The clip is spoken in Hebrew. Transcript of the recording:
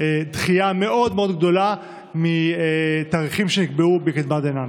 זו דחייה מאוד גדולה מתאריכים שנקבעו מקדמת דנא.